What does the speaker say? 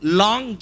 long